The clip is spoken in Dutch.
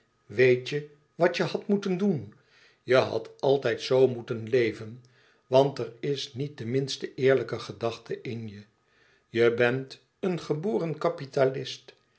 weet je wat je hadt moeten doen je hadt altijd zoo moeten leven want er is niet de minste eerlijke gedachte in je je bent een geboren